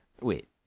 wait